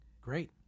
Great